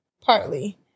Partly